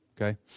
Okay